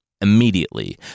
Immediately